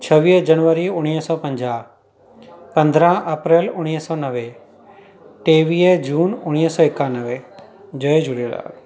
छवीह जनवरी उणिवीह सौ पंजाह पंद्रहं अप्रैल उणिवीह सौ नवे टेवीह जून उणिवीह सौ एकानवे जय झूलेलाल